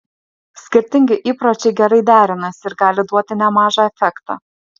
skirtingi įpročiai gerai derinasi ir gali duoti nemažą efektą